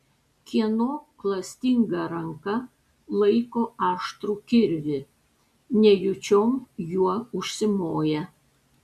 kieno klastinga ranka laiko aštrų kirvį nejučiom juo užsimoja